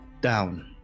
down